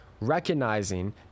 recognizing